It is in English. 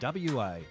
WA